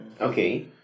Okay